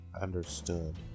understood